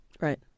Right